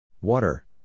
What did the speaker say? Water